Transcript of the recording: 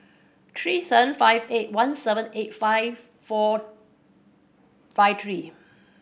three seven five eight one seven eight five four five three